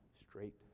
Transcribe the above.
straight